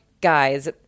Guys